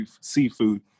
seafood